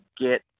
get